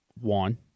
one